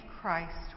Christ